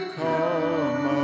come